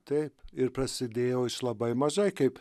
taip ir prasidėjo labai mažai kaip